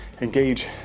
engage